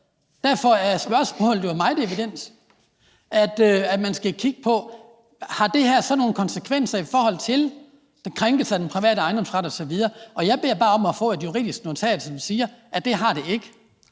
Derfor er spørgsmålet jo meget evident. Man skal kigge på, om det her har nogle konsekvenser i forhold til krænkelse af den private ejendomsret osv. Jeg beder bare om at få et juridisk notat, som siger, at det har det ikke.